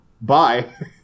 Bye